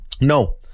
No